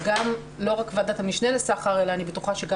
לא רק ועדת המשנה לסחר אלא אני בטוחה שגם